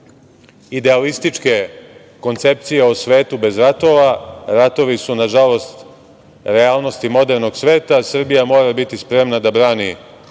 idealističke koncepcije o svetu bez ratova, ratovi su, nažalost, realnosti modernog sveta. Srbija mora biti spremna da brani svoje